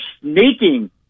sneaking